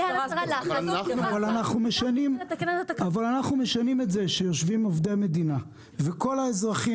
אנחנו משנים את זה שיושבים עובדי המדינה וכל האזרחים